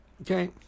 Okay